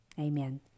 amen